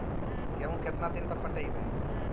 गेहूं केतना दिन पर पटइबै?